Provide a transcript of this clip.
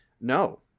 No